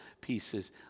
pieces